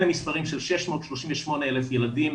אלה מספרים של 638,000 ילדים,